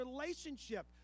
relationship